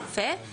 רופא,